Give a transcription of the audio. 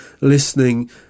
listening